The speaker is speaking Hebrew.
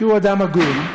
כי הוא אדם הגון,